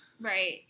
Right